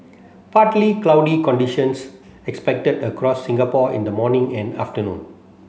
partly cloudy conditions expected across Singapore in the morning and afternoon